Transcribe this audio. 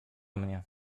mnie